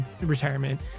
retirement